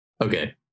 Okay